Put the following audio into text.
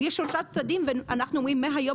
אז יש שלושה צדדים ואנחנו אומרים מהיום